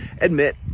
admit